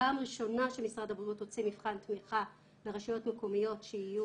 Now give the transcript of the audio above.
פעם ראשונה שמשרד הבריאות הוציא מבחן תמיכה לרשויות מקומיות שיהיו